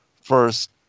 first